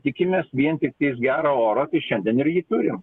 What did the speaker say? tikimės vien tiktais gero oro tai šiandien ir jį turim